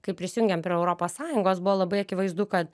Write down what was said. kai prisijungėm prie europos sąjungos buvo labai akivaizdu kad